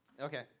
Okay